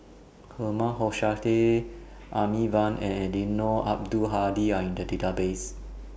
Herman Hochstadt Amy Van and Eddino Abdul Hadi Are in The Database